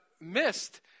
missed